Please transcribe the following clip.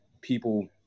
people